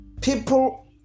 people